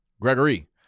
Gregory